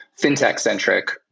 fintech-centric